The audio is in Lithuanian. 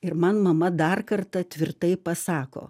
ir man mama dar kartą tvirtai pasako